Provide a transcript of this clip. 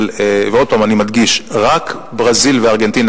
ועוד פעם אני מדגיש: רק ברזיל וארגנטינה.